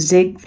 Zig